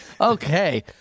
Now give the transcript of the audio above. Okay